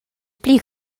pli